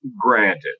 Granted